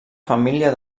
família